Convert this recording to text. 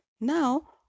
Now